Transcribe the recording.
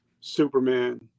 Superman